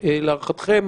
להערכתם,